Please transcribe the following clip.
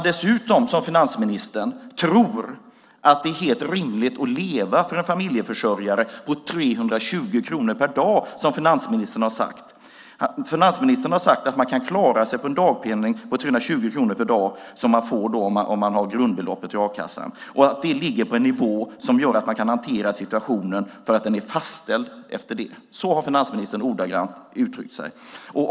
Dessutom tror finansministern att det är helt rimligt för en familjeförsörjare att leva på 320 kronor om dagen. Det har finansministern sagt. Finansministern har sagt att man kan klara sig på den dagpenning på 320 kronor om dagen som man får om man har grundbeloppet i a-kassan. Han har sagt att det ligger på en nivå som gör att man kan hantera situationen, för att den är fastställd efter det. Så har finansministern uttryckt sig ordagrant.